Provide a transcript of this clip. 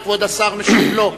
וכבוד השר משיב לו.